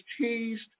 teased